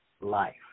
life